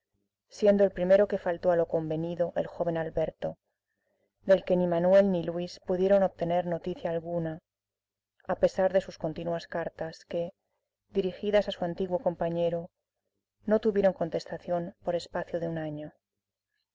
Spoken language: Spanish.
siendo el primero que faltó a lo convenido el joven alberto del que ni manuel ni luis pudieron obtener noticia ninguna a pesar de sus continuas cartas que dirigidas a su antiguo compañero no tuvieron contestación por espacio de un año